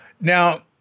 now